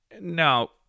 now